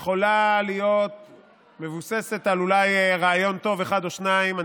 יכולה להיות אולי מבוססת על רעיון טוב אחד או שניים,